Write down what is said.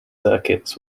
circuits